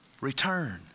Return